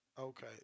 Okay